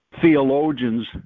theologians